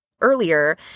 earlier